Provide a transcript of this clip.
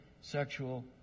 sexual